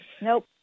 Nope